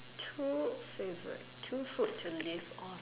two favourite two food to live on